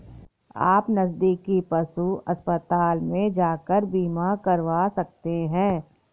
आप नज़दीकी पशु अस्पताल में जाकर बीमा करवा सकते है